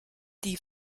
die